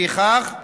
לפיכך,